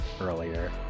earlier